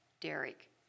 Derek